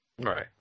Right